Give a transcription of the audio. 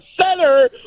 center